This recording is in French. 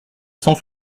cent